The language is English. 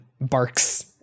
barks